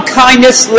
kindness